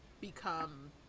become